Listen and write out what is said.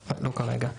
אבל לא כרגע.